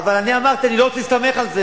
אבל אמרתי שאני לא רוצה להסתמך על זה.